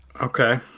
Okay